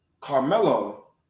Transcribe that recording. carmelo